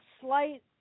slight